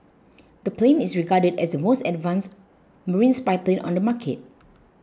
the plane is regarded as the most advanced marine spy plane on the market